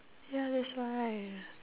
ya that's why